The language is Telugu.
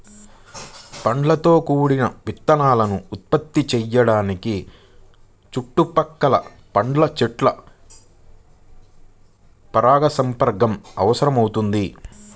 పండ్లతో కూడిన విత్తనాలను ఉత్పత్తి చేయడానికి చుట్టుపక్కల పండ్ల చెట్ల పరాగసంపర్కం అవసరమవుతుంది